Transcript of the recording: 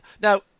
now